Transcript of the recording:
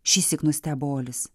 šįsyk nustebo olis